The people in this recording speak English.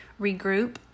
regroup